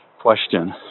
question